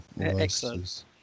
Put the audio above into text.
Excellent